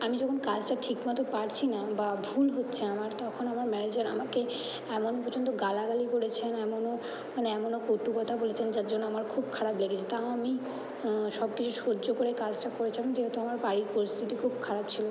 আমি যখন কাজটা ঠিক মতো পারছি না বা ভুল হচ্ছে আমার তখন আমার ম্যানেজার আমাকে এমন পর্যন্ত গালাগালি করেছেন এমনও মানে এমনও কটু কথা বলেছেন যার জন্য আমার খুব খারাপ লেগেছে তাও আমি সব কিছু সহ্য করে কাজটা করেছিলাম যেহেতু আমার বাড়ির পরিস্থিতি খুব খারাপ ছিলো